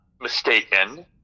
mistaken